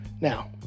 now